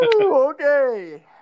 Okay